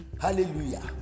Hallelujah